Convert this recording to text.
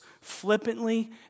flippantly